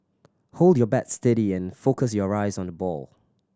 hold your bat steady and focus your eyes on the ball